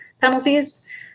penalties